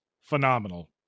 phenomenal